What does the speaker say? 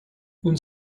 une